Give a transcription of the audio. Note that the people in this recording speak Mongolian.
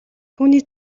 түүний